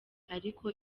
ariko